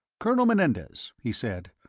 colonel menendez, he said,